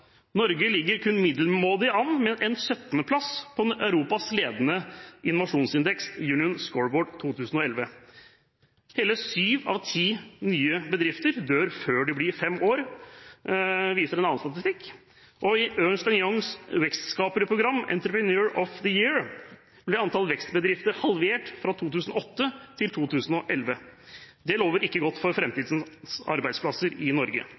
Norge ligger kun middelmådig an med en 17. plass på Europas ledende innovasjonsindeks, Innovation Union Scoreboard for 2011. Hele syv av ti nye bedrifter dør før de blir fem år gamle, viser annen statistikk. I Ernst & Youngs vekstskaperprogram, Entrepreneur Of The Year, ble antallet vekstbedrifter halvert fra 2008 til 2011. Det lover ikke godt for framtidens arbeidsplasser i Norge.